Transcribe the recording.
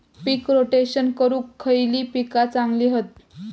पीक rotation करूक खयली पीका चांगली हत?